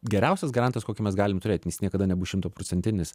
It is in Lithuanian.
geriausias garantas kokį mes galim turėt jis niekada nebus šimtaprocentinis